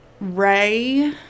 Ray